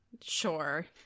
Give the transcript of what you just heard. sure